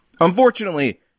Unfortunately